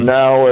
now